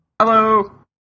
Hello